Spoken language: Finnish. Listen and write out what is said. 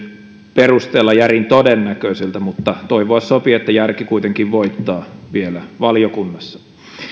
perusteella järin todennäköiseltä mutta toivoa sopii että järki kuitenkin voittaa vielä valiokunnassa